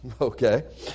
Okay